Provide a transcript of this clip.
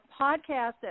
podcast